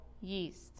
yeast